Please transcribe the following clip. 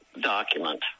document